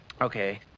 Okay